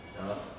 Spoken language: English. ah